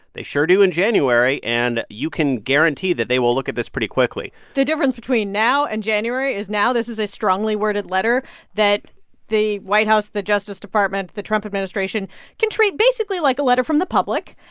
they sure do in january. and you can guarantee that they will look at this pretty quickly the difference between now and january is now this is a strongly worded letter that the white house, the justice department, the trump administration can treat basically like a letter from the public.